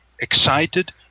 excited